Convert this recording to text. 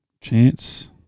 Chance